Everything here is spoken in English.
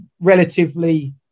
relatively